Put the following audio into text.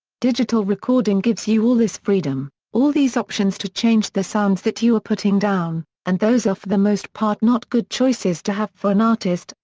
digital recording gives you all this freedom, all these options to change the sounds that you are putting down, and those are for the most part not good choices to have for an artist,